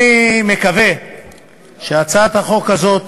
אני מקווה שהצעת החוק הזאת,